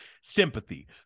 Sympathy